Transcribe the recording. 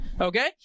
okay